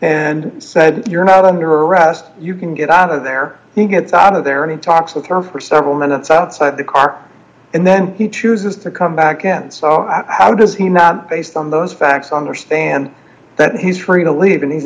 and said you're not under arrest you can get out of there he gets out of there any talks with her for several minutes outside the car and then he chooses to come back and so how does he not based on those facts on the stand that he's free to leave and he's